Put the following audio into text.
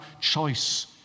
choice